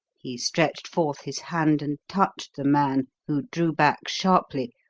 he stretched forth his hand and touched the man, who drew back sharply,